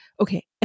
okay